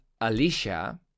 Alicia